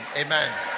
Amen